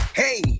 hey